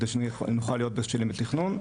כדי שנוכל להיות בשלים בתכנון.